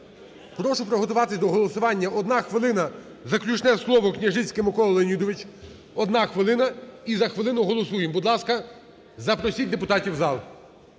Прошу приготуватись до голосування. Одна хвилина, заключне слово Княжицький Микола Леонідович, одна хвилина і за хвилину голосуємо. Будь ласка, запросіть депутатів в зал.